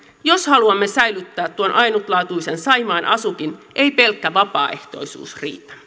jos haluamme säilyttää tuon ainutlaatuisen saimaan asukin ei pelkkä vapaaehtoisuus riitä